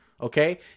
okay